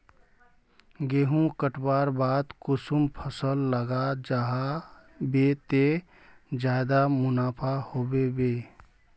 गेंहू कटवार बाद कुंसम फसल लगा जाहा बे ते ज्यादा मुनाफा होबे बे?